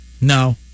No